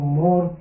more